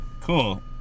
Cool